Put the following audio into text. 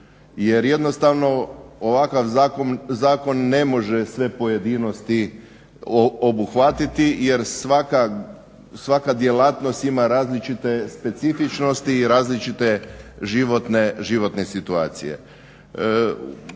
jer jednostavno ovakav zakon ne može sve pojedinosti obuhvatiti jer svaka djelatnost ima različite specifičnosti i različite životne situacije.